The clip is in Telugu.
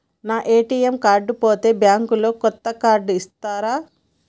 నా ఏ.టి.ఎమ్ కార్డు పోతే బ్యాంక్ లో కొత్త కార్డు ఇస్తరా?